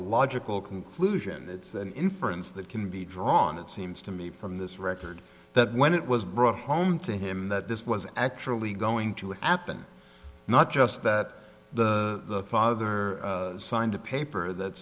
logical conclusion it's an inference that can be drawn it seems to me from this record that when it was brought home to him that this was actually going to happen not just that the father signed a paper that